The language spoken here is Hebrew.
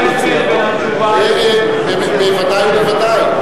להראות לך הבדל בין התשובה, בוודאי ובוודאי.